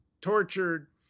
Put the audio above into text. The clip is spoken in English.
tortured